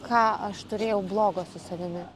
ką aš turėjau blogo su savimi